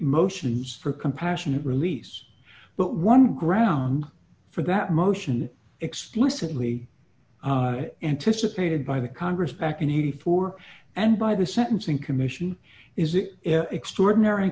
motions for compassionate release but one ground for that motion explicitly anticipated by the congress back in eighty four and by the sentencing commission is it extraordinary